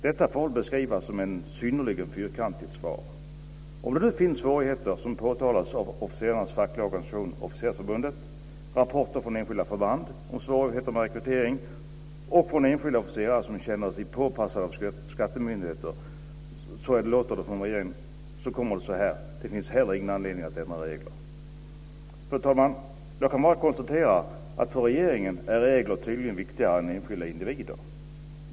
Detta får väl beskrivas som ett synnerligen fyrkantigt svar. Svårigheter har påtalats av officerarnas fackliga organisation Officersförbundet. I rapporter från enskilda förband har det påtalats svårigheter med rekrytering. Och enskilda officerare känner sig påpassade av skattemyndigheter. Då säger man från regeringen att det inte finns anledning att ändra några regler. Fru talman! Jag kan bara konstatera att för regeringen är regler tydligen viktigare än enskilda individer.